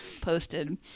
posted